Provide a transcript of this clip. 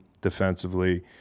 defensively